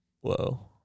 whoa